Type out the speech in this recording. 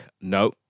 no